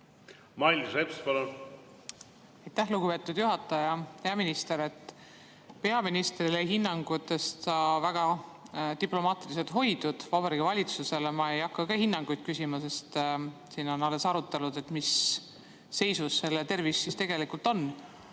Mailis Reps, palun! Aitäh, lugupeetud juhataja! Hea minister! Peaministrile hinnangutest on väga diplomaatiliselt hoidutud. Vabariigi Valitsusele ma ei hakka ka hinnanguid küsima, sest siin on alles arutelud, mis seisus selle tervis tegelikult on.